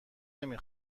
نمی